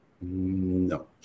No